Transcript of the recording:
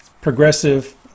progressive